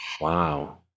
Wow